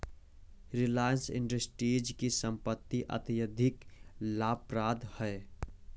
Reliance Industries की संपत्ति अत्यधिक लाभप्रद है